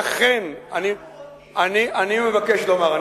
אכן, אנחנו חולקים.